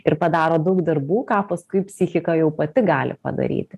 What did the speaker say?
ir padaro daug darbų ką paskui psichika jau pati gali padaryti